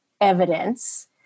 evidence